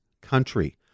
country